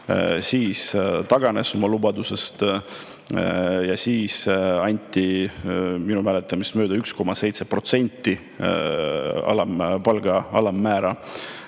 aga taganes oma lubadusest. Ja siis anti minu mäletamist mööda 1,7% palga alammäärale